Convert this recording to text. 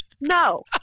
No